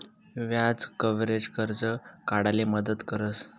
व्याज कव्हरेज, कर्ज काढाले मदत करस